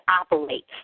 operates